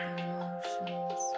emotions